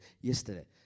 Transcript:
yesterday